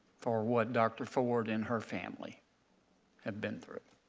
for what dr. ford and her family have been through, it